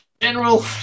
general